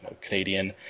Canadian